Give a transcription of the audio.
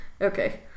Okay